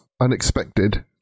Unexpected